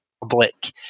public